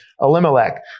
Elimelech